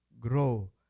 Grow